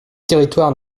territoires